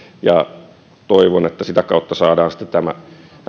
toivon että sitä kautta saadaan sitten tämä